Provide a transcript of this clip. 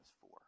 four